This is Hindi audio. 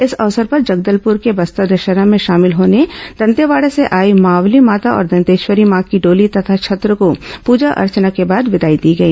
इस अवसर पर जगदलपुर के बस्तर दशहरा में शामिल होने दंतेवाड़ा से आई मावली माता और दंतेश्वरी मां की डोली तथा छत्र को पूजा अर्चना के बाद विदाई दी गई